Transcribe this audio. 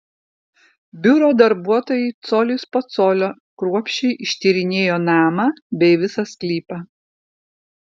biuro darbuotojai colis po colio kruopščiai ištyrinėjo namą bei visą sklypą